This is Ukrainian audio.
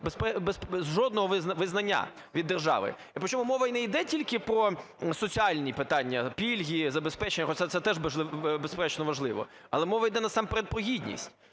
жодного визнання від держави. І причому мова не йде тільки про соціальні питання (пільги, забезпечення), хоча це теж, безперечно, важливо, але мова йде, насамперед, про гідність.